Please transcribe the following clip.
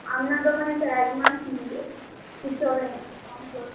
আপনার দোকানেই তো এক মাস নেবো কিছু হবে না একটু কম করুন